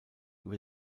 über